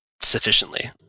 sufficiently